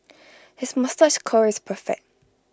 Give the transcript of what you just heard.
his moustache curl is perfect